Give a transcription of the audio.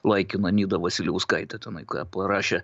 laikina nida vasiliauskaitė tenai ką parašė